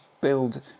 build